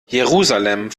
jerusalem